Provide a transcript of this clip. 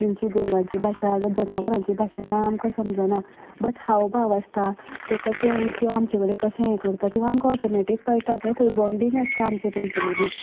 तेंची गोरवांची भाशा जावं जनावरांची भाशा कांय आमकां समजना बट हाव भाव आसता ते कशे ते आमचे कडेन कशें हें करता तें आमकां ऑटोमेटीक कळटा थंय बॉंडिंग आसता आमचे तेंचे मदीं